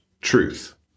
Truth